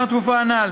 במהלך התקופה הנ"ל